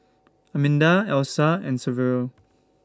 Arminda Elsa and Saverio